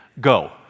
go